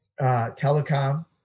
telecom